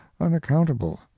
unaccountable